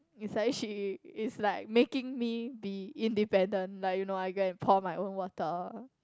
is like she is like making me be independent like you know I go and pour my own water